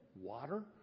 Water